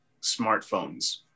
smartphones